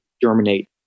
germinate